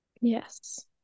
Yes